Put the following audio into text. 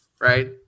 Right